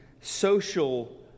social